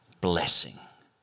blessing